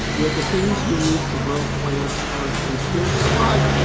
where the things you need to grow plants are in scarce supply.